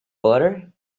butter